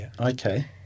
Okay